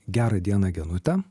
gerą dieną genute